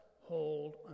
hold